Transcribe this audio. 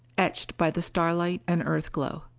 etched by the starlight and earthglow.